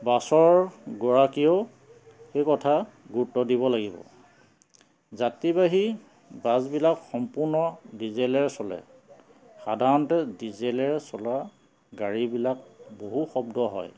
বাছৰ গৰাকীয়েও সেই কথা গুৰুত্ব দিব লাগিব যাাত্ৰীবাহী বাছবিলাক সম্পূৰ্ণ ডিজেলেৰে চলে সাধাৰণতে ডিজেলেৰে চলা গাড়ীবিলাক বহু শব্দ হয়